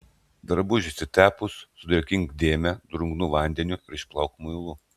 drabužiui išsitepus sudrėkink dėmę drungnu vandeniu ir išplauk muilu